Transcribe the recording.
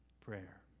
prayer